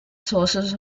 sources